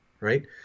right